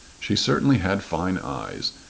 she certainly had fine eyes,